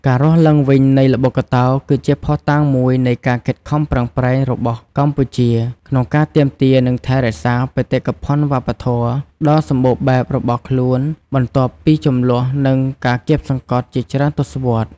ការរស់ឡើងវិញនៃល្បុក្កតោគឺជាភស្តុតាងមួយនៃការខិតខំប្រឹងប្រែងរបស់កម្ពុជាក្នុងការទាមទារនិងថែរក្សាបេតិកភណ្ឌវប្បធម៌ដ៏សម្បូរបែបរបស់ខ្លួនបន្ទាប់ពីជម្លោះនិងការគាបសង្កត់ជាច្រើនទសវត្សរ៍។